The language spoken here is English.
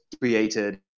created